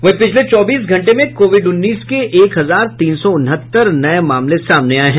वहीं पिछले चौबीस घंटे में कोविड उन्नीस के एक हजार तीन सौ उनहत्तर नये मामले सामने आये हैं